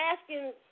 asking